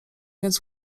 więc